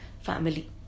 family